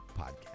podcast